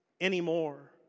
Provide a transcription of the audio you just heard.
anymore